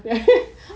ya